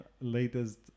latest